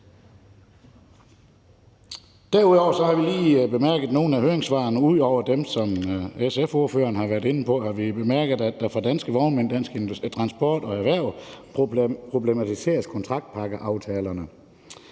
Derudover har vi lige bemærket nogle af høringssvarene, altså ud over dem, som SF-ordføreren har været inde på. Vi har bemærket, at der fra DTL – Danske Vognmænd og Dansk Erhverv er en problematisering af kontraktpakkeaftalerne.